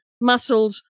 muscles